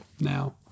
Now